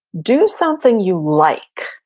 do something you like,